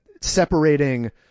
separating